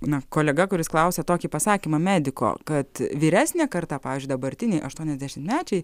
na kolega kuris klausė tokį pasakymą mediko kad vyresnė karta pavyzdžiui dabartiniai aštuoniasdešimtmečiai